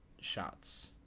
shots